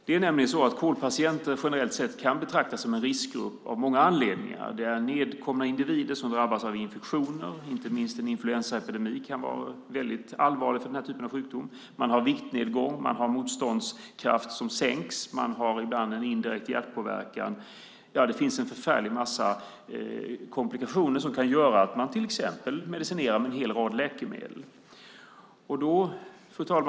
Det är nämligen så att KOL-patienter generellt sett kan betraktas som en riskgrupp av många anledningar. Det är individer som drabbas av infektioner. Inte minst en influensaepidemi kan vara väldigt allvarlig för människor med denna typ av sjukdom. Dessa människor får en viktnedgång, deras motståndskraft blir mindre, och ibland har de en indirekt hjärtpåverkan. Ja, en förfärlig massa komplikationer kan göra att man till exempel medicinerar med en lång rad läkemedel. Fru talman!